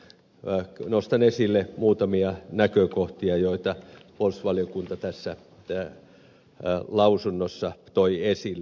nostan esille muutamia näkökohtia joita puolustusvaliokunta tässä lausunnossa toi esille